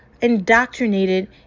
indoctrinated